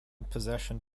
possession